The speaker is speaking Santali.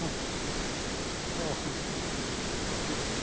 ᱦᱮᱸ ᱚᱼᱦᱮᱸ ᱦᱮᱸ ᱦᱮᱸ